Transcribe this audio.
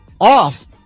off